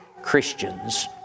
Christians